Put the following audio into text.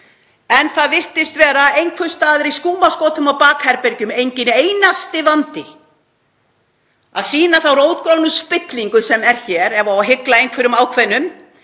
En það virtist vera einhvers staðar í skúmaskotum og bakherbergjum enginn einasti vandi að sýna þá rótgrónu spillingu sem er hér ef það á að hygla einhverjum ákveðnum